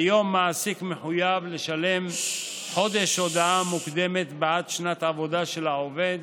כיום מעסיק מחויב לשלם חודש הודעה מוקדמת בעד שנת עבודה של העובד.